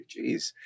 Jeez